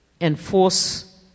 enforce